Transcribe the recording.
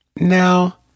Now